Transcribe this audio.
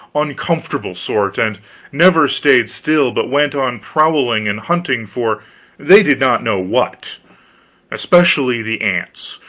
uncomfortable sort, and never stayed still, but went on prowling and hunting for they did not know what especially the ants,